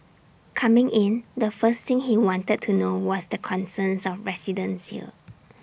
coming in the first thing he wanted to know was the concerns of residents here